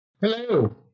Hello